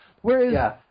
Whereas